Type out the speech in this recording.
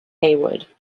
heywood